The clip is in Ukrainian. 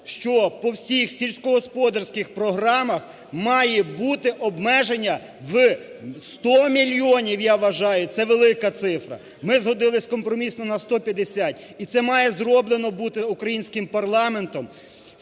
що по всіх сільськогосподарських програмах має бути обмеження в 100 мільйонів, я вважаю, це велика цифра, ми згодились компромісну на 150. І це має зроблено бути українським парламентом